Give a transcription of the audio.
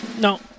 No